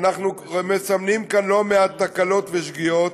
אנחנו מסמנים כאן לא מעט תקלות ושגיאות,